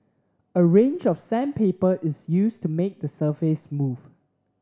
a range of sandpaper is used to make the surface smooth